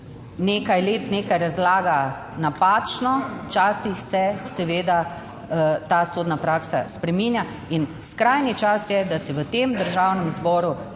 nekaj let nekaj razlaga napačno, včasih se seveda ta sodna praksa spreminja in skrajni čas je, da se v tem Državnem zboru